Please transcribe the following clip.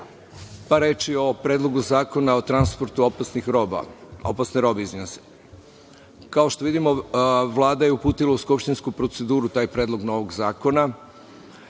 reči o Predlogu zakona o transportu opasne robe. Kao što vidimo, Vlada je uputila u skupštinsku proceduru taj predlog novog zakona,